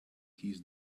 keys